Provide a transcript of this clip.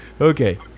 Okay